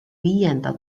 viienda